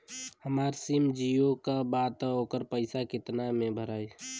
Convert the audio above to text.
हमार सिम जीओ का बा त ओकर पैसा कितना मे भराई?